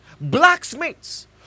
blacksmiths